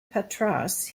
patras